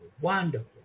Wonderful